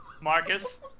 Marcus